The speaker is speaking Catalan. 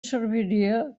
serviria